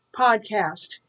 podcast